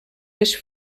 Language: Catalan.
les